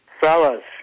Fellas